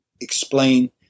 explain